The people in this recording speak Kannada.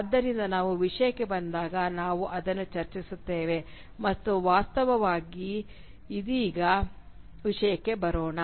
ಆದ್ದರಿಂದ ನಾವು ವಿಷಯಕ್ಕೆ ಬಂದಾಗ ನಾವು ಇದನ್ನು ಚರ್ಚಿಸುತ್ತೇವೆ ಮತ್ತು ವಾಸ್ತವವಾಗಿ ಇದೀಗ ವಿಷಯಕ್ಕೆ ಬರೋಣ